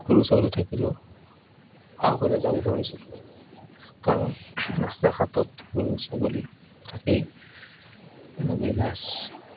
গৰু ছাগলী থাকিলেও আগলৈ যাব পাৰিছিলোঁ কাৰণ ৰাস্তা ঘাটত গৰু ছাগলী থাকেই তেনেকৈ লাজ